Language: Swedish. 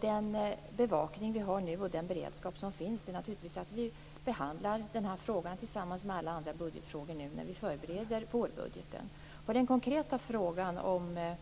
Den bevakning vi har och den beredskap som finns är att vi behandlar den här frågan tillsammans med alla andra budgetfrågor nu när vi förbereder vårbudgeten. När det gäller den konkreta frågan om